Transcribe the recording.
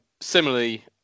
similarly